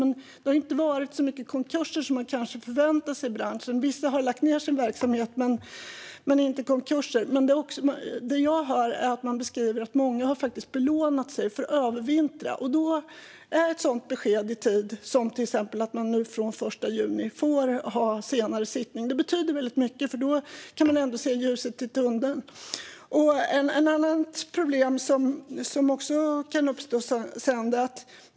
Men det har inte varit så mycket konkurser som man kanske förväntat sig i branschen, även om vissa har lagt ned sin verksamhet. Men det jag hör är att många faktiskt har belånat sig för att kunna övervintra. Då betyder ett besked i tid, till exempel om att man från den 1 juni får ha en senare sittning, väldigt mycket. Då kan man se ljuset i tunneln. Det finns ett annat problem som kan uppstå sedan.